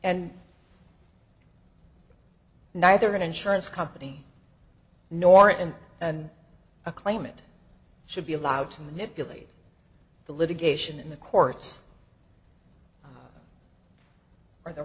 and neither an insurance company nor in a claimant should be allowed to manipulate the litigation in the courts or the